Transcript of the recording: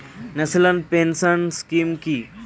National pension scheme কি?